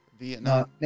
Vietnam